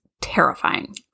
terrifying